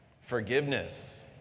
Forgiveness